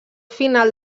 final